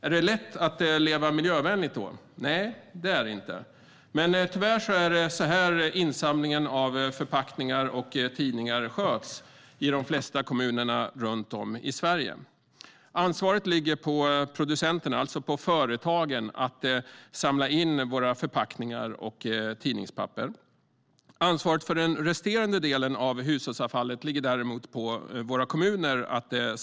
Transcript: Är det lätt att leva miljövänligt då? Nej, det är det inte. Men tyvärr är det så här insamlingen av förpackningar och tidningar sköts i de flesta kommuner i Sverige. Ansvaret för att samla in förpackningar och tidningspapper ligger på producenterna, alltså på företagen. Ansvaret för att samla in resterande hushållsavfall ligger på våra kommuner.